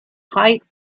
height